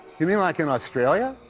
you mean like in australia?